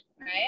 Right